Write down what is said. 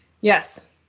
Yes